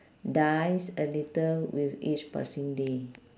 dies a little with each passing day